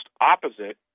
opposite